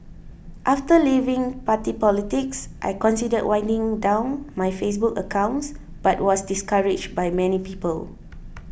after leaving party politics I considered winding down my Facebook accounts but was discouraged by many people